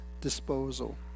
disposal